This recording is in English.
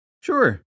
Sure